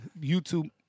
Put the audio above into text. YouTube